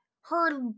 Her-